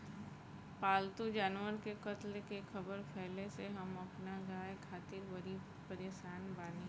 पाल्तु जानवर के कत्ल के ख़बर फैले से हम अपना गाय खातिर बड़ी परेशान बानी